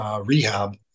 rehab